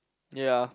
ya